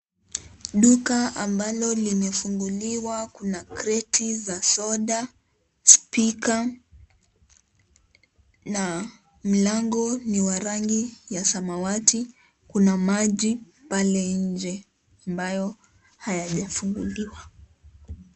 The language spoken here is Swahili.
Duka ambalo limefunguliwa, kuna kreti za soda, spika na mlango ni wa rangi ya samawati. Kuna maji pale nje ambayo hayajafunguliwa.